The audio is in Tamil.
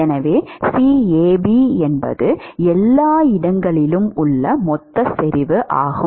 எனவே CAb என்பது எல்லா இடங்களிலும் உள்ள மொத்த செறிவு ஆகும்